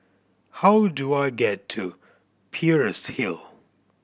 how do I get to Peirce Hill